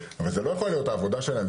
אבל זה לא יכול להיות העבודה שלהם.